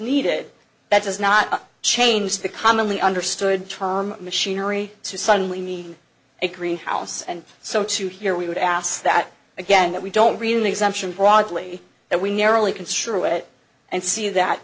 needed that does not change the commonly understood term machinery to suddenly mean a greenhouse and so to here we would ask that again that we don't read an exemption broadly that we narrowly construe it and see that